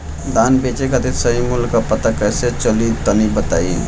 धान बेचे खातिर सही मूल्य का पता कैसे चली तनी बताई?